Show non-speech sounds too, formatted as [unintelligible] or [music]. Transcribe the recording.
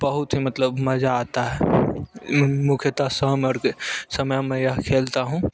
बहुत ही मतलब मज़ा आता है यह मुख्यतः शाम [unintelligible] समय में यह खेलता हूँ